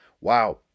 Wow